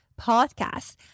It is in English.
Podcast